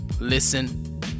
listen